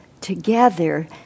together